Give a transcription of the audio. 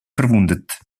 verwundet